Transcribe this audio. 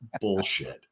bullshit